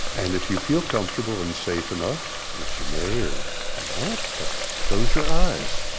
and if you feel comfortable and safe enough, which you may or may not, but close your eyes,